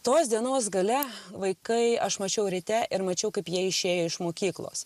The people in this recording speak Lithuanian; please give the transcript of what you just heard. tos dienos gale vaikai aš mačiau ryte ir mačiau kaip jie išėjo iš mokyklos